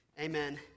amen